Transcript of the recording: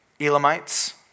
Elamites